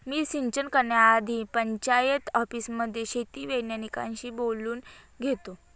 मी सिंचन करण्याआधी पंचायत ऑफिसमध्ये शेती वैज्ञानिकांशी बोलून घेतो